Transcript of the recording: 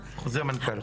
חוזר מנכ"ל.